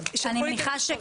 הורדנו את זה.